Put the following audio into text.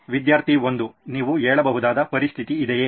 ವಿದ್ಯಾರ್ಥಿ 1 ನೀವು ಹೇಳಬಹುದಾದ ಪರಿಸ್ಥಿತಿ ಇದೆಯೇ